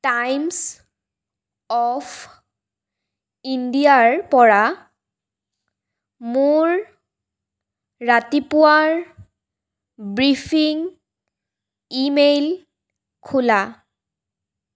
Times of ইণ্ডিয়াৰ পৰা মোৰ ৰাতিপুৱাৰ ব্ৰিফিং ই মেইল খোলা